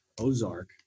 Ozark